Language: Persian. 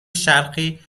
شرقی